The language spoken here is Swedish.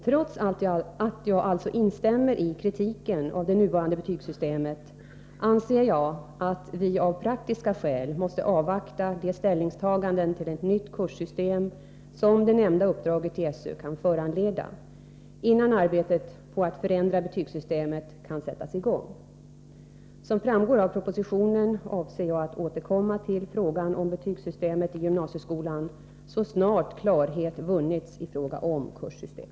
Trots Ar jag Alltså instämmer i inom gymnasiekritiken av det nuvarande betygssystemet anser jag att vi av praktiska skäl §kolan måste avvakta de ställningstaganden till ett nytt kurssystem, som det nämnda uppdraget till SÖ kan föranleda, innan arbetet på att förändra betygssystemet kan sättas i gång. Som framgår av propositionen avser jag att återkomma till frågan om betygssystemet i gymnasieskolan så snart klarhet vunnits i fråga om kurssystem.